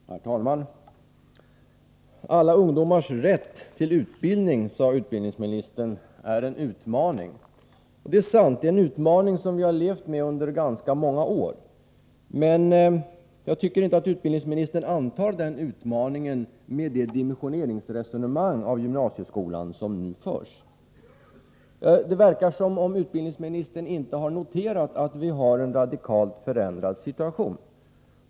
Herr talman! Alla ungdomars rätt till utbildning är en utmaning, sade utbildningsministern. Det är sant. Det är en utmaning som vi har levt med under ganska många år. Men jag tycker inte att utbildningsministern antar den utmaningen med det resonemang om dimensioneringen av gymnasieskolan som nu förs. Det verkar som om utbildningsministern inte har noterat att vi har en radikalt förändrad situation.